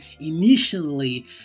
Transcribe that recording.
Initially